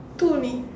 two only